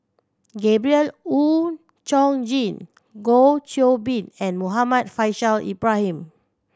Gabriel Oon Chong Jin Goh Qiu Bin and Muhammad Faishal Ibrahim